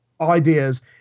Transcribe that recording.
ideas